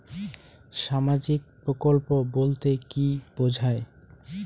সামাজিক প্রকল্প বলতে কি বোঝায়?